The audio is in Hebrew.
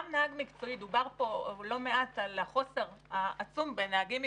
גם נהג מקצועי דובר פה לא מעט על החוסר העצום בנהגים מקצועיים,